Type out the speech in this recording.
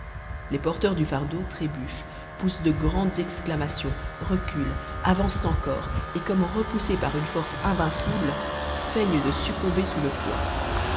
les porteurs du fardeau trébuchent poussent de grandes exclamations reculent avancent encore et comme repoussés par une force invincible feignent de succomber sous le poids